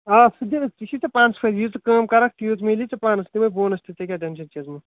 آ سُتہِ دِ یی چھُی ژےٚ پانس فٲیدٕ یہِ ژٕ کٲم کَرکھ تۭژ میٚلی ژےٚ پانس بہٕ دِمے بونس تہِ ژے کیاہ ٹیٚنشن چھُے ہیٚوتمُت